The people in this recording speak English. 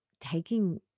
taking